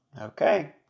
Okay